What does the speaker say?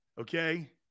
okay